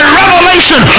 revelation